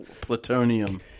Plutonium